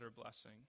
blessing